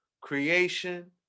creation